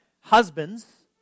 husbands